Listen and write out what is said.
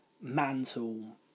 Mantle